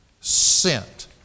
sent